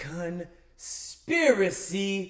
conspiracy